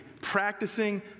practicing